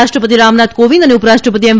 રાષ્ટ્રપતિ રામનાથ કોવિંદ અને ઉપરાષ્ટ્રપતિ એમ